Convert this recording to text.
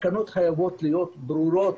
התקנות חייבות להיות ברורות.